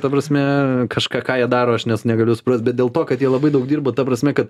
ta prasme kažką ką jie daro aš nes negaliu suprast bet dėl to kad jie labai daug dirba ta prasme kad